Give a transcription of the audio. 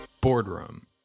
Boardroom